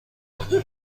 باقی